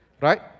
Right